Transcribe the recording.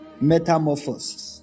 Metamorphosis